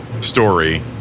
Story